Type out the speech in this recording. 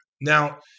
Now